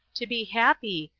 to be happy,